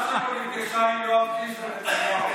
נפגשה עם יואב קיש ונתניהו.